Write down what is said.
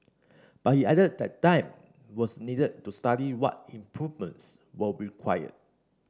but he added that time was needed to study what improvements were required